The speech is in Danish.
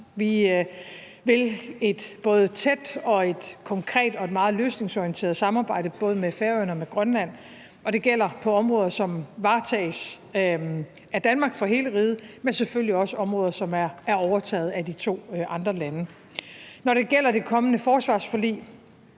et konkret og et meget løsningsorienteret samarbejde både med Færøerne og med Grønland, og det gælder på områder, som varetages af Danmark for hele riget, men selvfølgelig også på områder, som er overtaget af de to andre lande. Når det gælder det kommende forsvarsforlig,